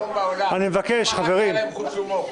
--- שהיו בעולם, אם רק היה להם חוש הומור.